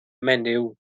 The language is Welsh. menyw